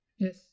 Yes